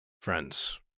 friends